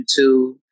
YouTube